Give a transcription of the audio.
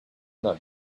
not